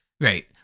right